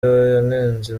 yanenze